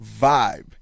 vibe